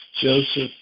Joseph